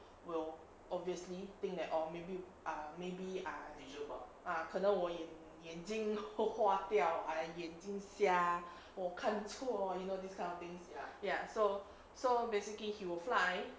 will obviously think that or maybe um maybe I ah 可能我眼睛花掉眼睛瞎我看错 you know this kind of things ya so so basically he will fly